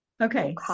okay